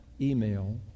email